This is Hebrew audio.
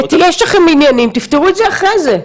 יש לכם עניינים, תפתרו את זה אחרי זה.